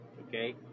Okay